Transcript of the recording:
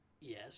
Yes